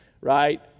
right